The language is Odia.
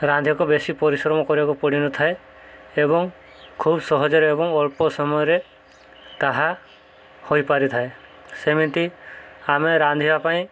ରାନ୍ଧିବାକୁ ବେଶୀ ପରିଶ୍ରମ କରିବାକୁ ପଡ଼ିନଥାଏ ଏବଂ ଖୁବ ସହଜରେ ଏବଂ ଅଳ୍ପ ସମୟରେ ତାହା ହୋଇପାରିଥାଏ ସେମିତି ଆମେ ରାନ୍ଧିବା ପାଇଁ